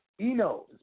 Eno